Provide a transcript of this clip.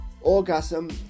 Orgasm